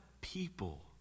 people